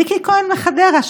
ריקי כהן מחדרה,